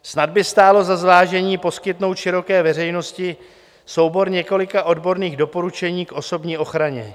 Snad by stálo za zvážení poskytnout široké veřejnosti soubor několika odborných doporučení k osobní ochraně.